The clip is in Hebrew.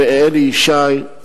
ואלי ישי,